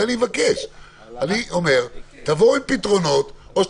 באים לנופש ואתם